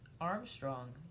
Armstrong